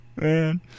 Man